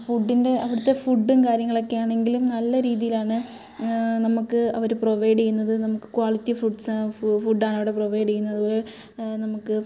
ഫുഡിൻ്റെ അവിടുത്തെ ഫുഡും കാര്യങ്ങളൊക്കെയാണെങ്കിലും നല്ല രീതിയിലാണ് നമുക്ക് അവർ പ്രൊവൈഡ് ചെയ്യുന്നത് നമുക്ക് ക്വാളിറ്റി ഫുഡ്സ് ഫു ഫുഡാണ് അവിടെ പ്രൊവൈഡ് ചെയ്യുന്നത് അത്പോലെ നമുക്ക്